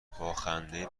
باخنده